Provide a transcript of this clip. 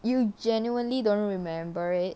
you genuinely don't remember it